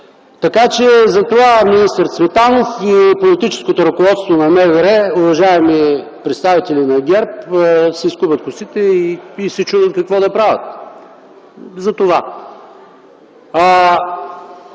пропуск. Затова министър Цветанов и политическото ръководство на МВР, уважаеми представители на ГЕРБ, си скубят косите и се чудят какво да правят. За това!